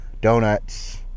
donuts